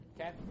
Okay